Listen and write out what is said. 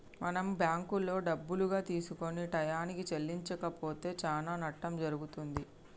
మనం బ్యాంకులో డబ్బులుగా తీసుకొని టయానికి చెల్లించకపోతే చానా నట్టం జరుగుతుంది